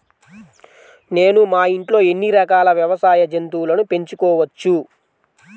నేను మా ఇంట్లో ఎన్ని రకాల వ్యవసాయ జంతువులను పెంచుకోవచ్చు?